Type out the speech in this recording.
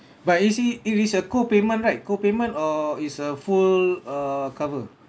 but you see if is a copayment right copayment or is a full uh cover